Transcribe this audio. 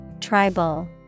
Tribal